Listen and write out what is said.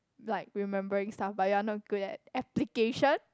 like remembering stuff but you're not good at application